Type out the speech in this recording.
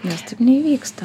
nes taip neįvyksta